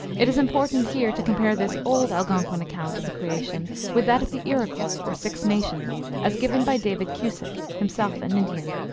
it is important here to compare this old algonquin account of the creation with that of the iroquois, or six nations, as given by david cusick, himself an indian